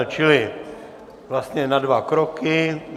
Čili vlastně na dva kroky.